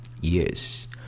Yes